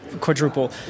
quadruple